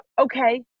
okay